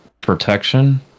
protection